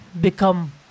become